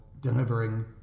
delivering